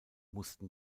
mussten